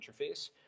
interface